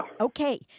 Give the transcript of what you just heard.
Okay